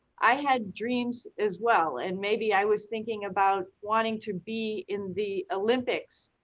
i had dreams as well. and maybe i was thinking about wanting to be in the olympics.